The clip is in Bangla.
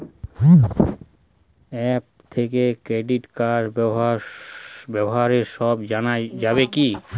অ্যাপ থেকে ক্রেডিট কার্ডর ব্যাপারে সব জানা যাবে কি?